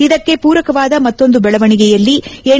ಇದಕ್ಕೆ ಪೂರಕವಾದ ಮತ್ತೊಂದು ಬೆಳವಣಿಗೆಯಲ್ಲಿ ಎನ್